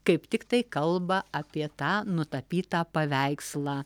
kaip tiktai kalba apie tą nutapytą paveikslą